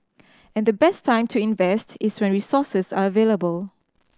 and the best time to invest is when resources are available